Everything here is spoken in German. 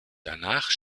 danach